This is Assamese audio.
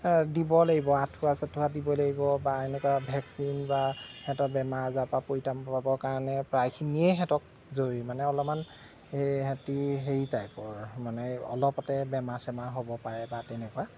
দিব লাগিব আঁঠুৱা চাঁঠুৱা দিব লাগিব বা এনেকুৱা ভেকচিন বা সিহেঁতৰ বেমাৰ আজাৰৰ পৰা পৰিত্ৰাণ পোৱাব কাৰণে প্ৰায়খিনিয়ে সিহেঁতক জৰুৰী মানে অলপমান সেহেঁতি হেৰি টাইপৰ মানে অলপতে বেমাৰ চেমাৰ হ'ব পাৰে বা তেনেকুৱা